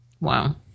Wow